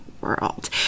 world